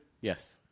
Yes